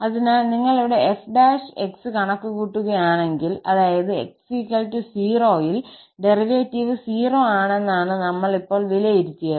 അതിനാൽ നിങ്ങൾ ഇവിടെ f ′ കണക്കുകൂട്ടുകയാണെങ്കിൽ അതായത് x 0 ൽ ഡെറിവേറ്റീവ് 0 ആണെന്നാണ് നമ്മൾ ഇപ്പോൾ വിലയിരുത്തിയത്